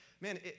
man